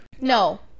No